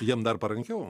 jam dar parankiau